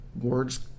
words